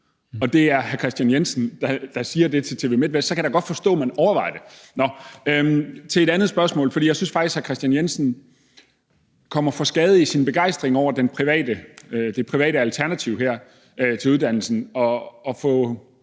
Det er hr. Kristian Jensen, der siger det til TV Midtvest, og så kan jeg da godt forstå, at man overvejer det. Men til et andet spørgsmål. For jeg synes faktisk, hr. Kristian Jensen kommer for skade i sin begejstring over det her private alternativ til uddannelsen at få